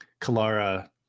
Kalara